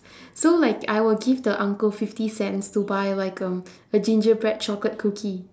so like I will give the uncle fifty cents to buy like um a gingerbread chocolate cookie